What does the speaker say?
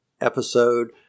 episode